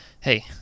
Hey